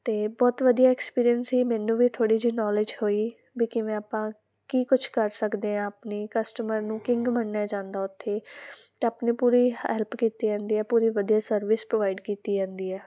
ਅਤੇ ਬਹੁਤ ਵਧੀਆ ਐਕਸਪੀਰੀਅੰਸ ਸੀ ਮੈਨੂੰ ਵੀ ਥੋੜ੍ਹੀ ਜਿਹੀ ਨੋਲਿਜ ਹੋਈ ਵੀ ਕਿਵੇਂ ਆਪਾਂ ਕੀ ਕੁਛ ਕਰ ਸਕਦੇ ਹਾਂ ਆਪਣੀ ਕਸਟਮਰ ਨੂੰ ਕਿੰਗ ਮੰਨਿਆ ਜਾਂਦਾ ਉੱਥੇ ਤਾਂ ਆਪਣੇ ਪੂਰੀ ਹ ਹੈਲਪ ਕੀਤੀ ਜਾਂਦੀ ਆ ਪੂਰੀ ਵਧੀਆ ਸਰਵਿਸ ਪ੍ਰੋਵਾਈਡ ਕੀਤੀ ਜਾਂਦੀ ਆ